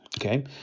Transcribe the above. Okay